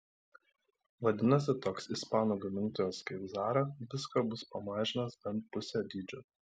vadinasi toks ispanų gamintojas kaip zara viską bus pamažinęs bent pusę dydžio